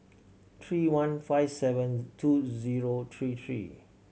three one five seven two zero three three